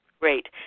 Great